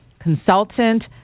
consultant